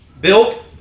Built